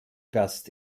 gast